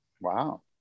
Wow